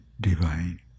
Divine